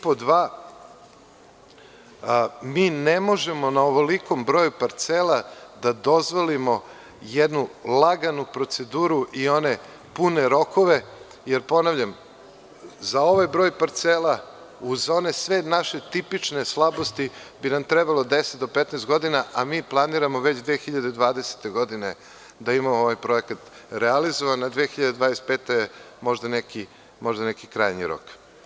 Pod dva – mi ne možemo na ovolikom broju parcela da dozvolimo jednu laganu proceduru i one pune rokove, jer ponavljam za ovaj broj parcela uz one sve naše tipične slabosti bi nam trebalo 10 do 15 godina, a mi planiramo već 2020. godine da imamo ovaj projekat realizovan, a 2025. godine možda neki krajnji rok.